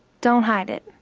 don't hide it,